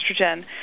estrogen